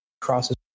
crosses